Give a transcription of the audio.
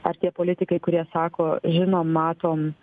ar tie politikai kurie sako žinom matom